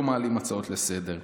לא מעלים הצעות לסדר-היום.